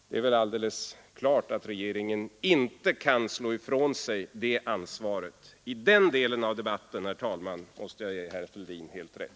Det är väl alldeles klart att regeringen inte kan slå ifrån sig det ansvaret. I denna del av debatten måste jag ge herr Fälldin helt rätt.